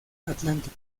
atlantic